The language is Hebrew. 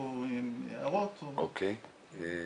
אוקיי,